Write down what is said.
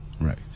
right